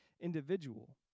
individual